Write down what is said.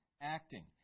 acting